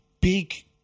big